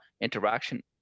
interaction